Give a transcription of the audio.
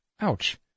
Ouch